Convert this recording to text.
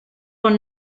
con